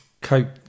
cope